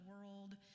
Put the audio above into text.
world